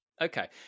Okay